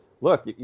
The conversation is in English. look